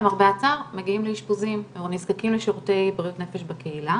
למרבה הצער מגיעים לאשפוזים או נזקקים לשירותי בריאות נפש בקהילה